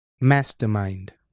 mastermind